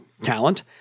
talent